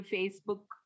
Facebook